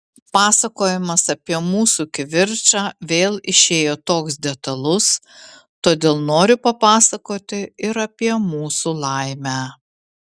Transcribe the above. pasakojimas apie mūsų kivirčą vėl išėjo toks detalus todėl noriu papasakoti ir apie mūsų laimę